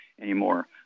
anymore